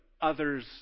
others